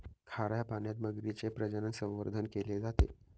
खाऱ्या पाण्यात मगरीचे प्रजनन, संवर्धन केले जाते